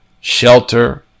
shelter